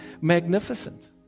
magnificent